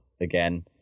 again